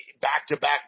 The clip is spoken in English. back-to-back